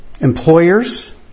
employers